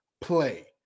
play